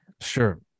Sure